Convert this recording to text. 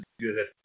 good